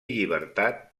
llibertat